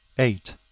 eight.